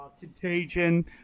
contagion